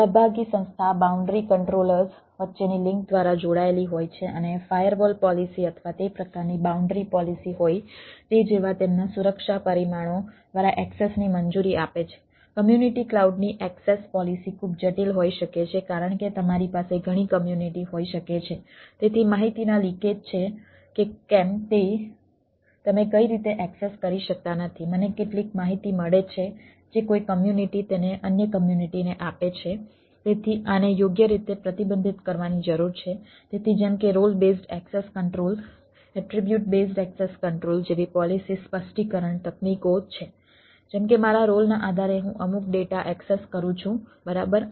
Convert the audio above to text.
સહભાગી સંસ્થા boundary controllers જેવી પોલિસી સ્પષ્ટીકરણ તકનીકો છે જેમ કે મારા રોલના આધારે હું અમુક ડેટા એક્સેસ કરું છું બરાબર